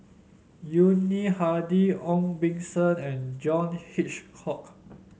Yuni Hadi Ong Beng Seng and John Hitchcock